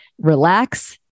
relax